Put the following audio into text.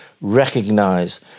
recognise